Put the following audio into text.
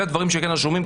אלה הדברים שכן רשומים,